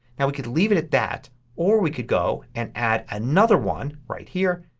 and we could leave it at that or we could go and add another one right here.